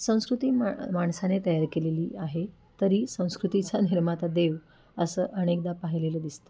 संस्कृती माण् माणसाने तयार केलेली आहे तरी संस्कृतीचा निर्माता देव असं अनेकदा पाहिलेलं दिसतं